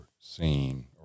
seen